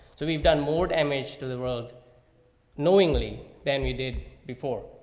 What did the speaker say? so we've done more damage to the road knowingly than we did before.